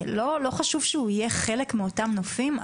לא חשוב שהוא יהיה חלק מאותם נופים?